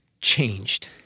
changed